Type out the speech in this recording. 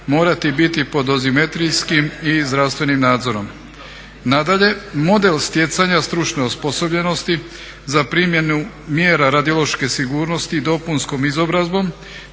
morati biti po dozimetrijskim i zdravstvenim nadzorom. Nadalje, model stjecanja stručne osposobljenosti za primjenu mjera radiološke sigurnosti dopunskom izobrazbom